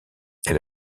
elle